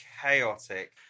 chaotic